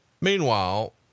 Meanwhile